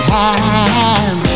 time